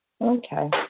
Okay